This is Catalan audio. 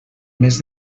mes